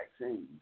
vaccines